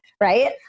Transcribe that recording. right